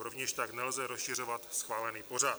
Rovněž tak nelze rozšiřovat schválený pořad.